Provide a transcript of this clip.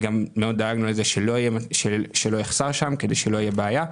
מאוד דאגנו לכך שלא יחסר שם כדי שלא תהיה בעיה.